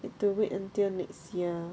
need to wait until next year